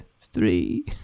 Three